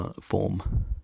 form